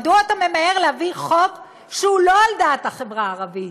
מדוע אתה ממהר להביא חוק שהוא לא על דעת החברה הערבית?